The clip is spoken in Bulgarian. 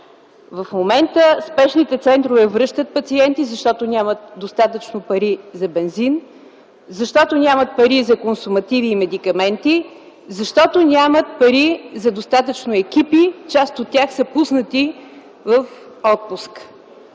В момента в спешните центрове връщат пациенти, защото нямат достатъчно пари за бензин, защото нямат пари за консумативи и медикаменти, защото нямат пари за достатъчно екипи, част от тях са пуснати в отпуск.